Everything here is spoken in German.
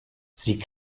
sie